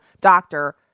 doctor